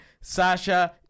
Sasha